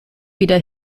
wieder